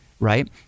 Right